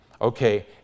Okay